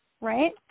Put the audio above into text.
Right